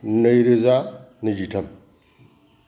नैरोजा नैजिथाम